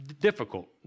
difficult